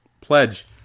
pledge